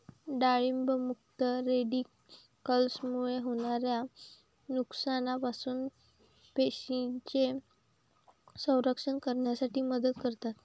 डाळिंब मुक्त रॅडिकल्समुळे होणाऱ्या नुकसानापासून पेशींचे संरक्षण करण्यास मदत करतात